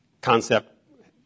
concept